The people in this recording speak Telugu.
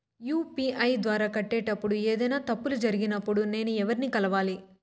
యు.పి.ఐ ద్వారా కట్టేటప్పుడు ఏదైనా తప్పులు జరిగినప్పుడు నేను ఎవర్ని కలవాలి?